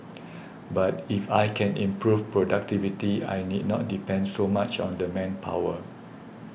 but if I can improve productivity I need not depend so much on the manpower